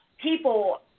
people